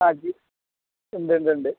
ഉണ്ടുണ്ടുണ്ട്